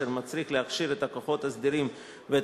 אשר מצריך להכשיר את הכוחות הסדירים ואת